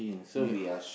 ya